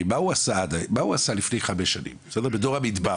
מה הוא עשה לפני חמש שנים בדור המדבר?